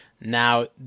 Now